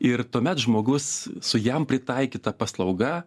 ir tuomet žmogus su jam pritaikyta paslauga